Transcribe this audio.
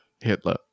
Hitler